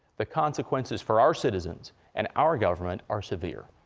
the consequences for our citizens and our government are severe.